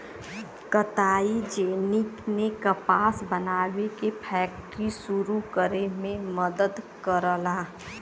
कताई जेनी ने कपास बनावे के फैक्ट्री सुरू करे में मदद करला